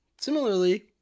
Similarly